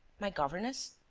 my governess.